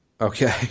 Okay